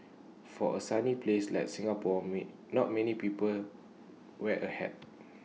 for A sunny place like Singapore not many people wear A hat